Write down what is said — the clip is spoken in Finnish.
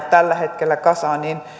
tällä hetkellä kasaan niin